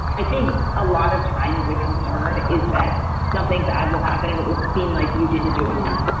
i think a lot of times the concern is that something bad will happen and it will seem like you didn't doing that.